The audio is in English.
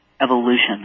evolution